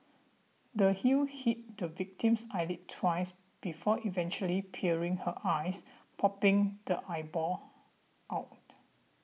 the heel hit the victim's eyelid twice before eventually piercing her eyes popping the eyeball out